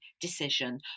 decision